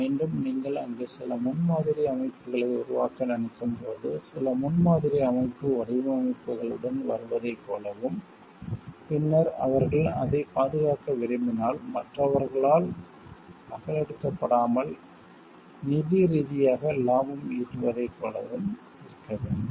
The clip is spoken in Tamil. மீண்டும் நீங்கள் அங்கு சில முன்மாதிரி அமைப்புகளை உருவாக்க நினைக்கும் போது சில முன்மாதிரி அமைப்பு வடிவமைப்புகளுடன் வருவதைப் போலவும் பின்னர் அவர்கள் அதைப் பாதுகாக்க விரும்பினால் மற்றவர்களால் நகலெடுக்கப்படாமல் நிதி ரீதியாக லாபம் ஈட்டுவதைப் போலவும் இருக்க வேண்டும்